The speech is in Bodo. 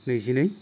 नैजिनै